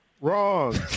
Wrong